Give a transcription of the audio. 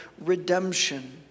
redemption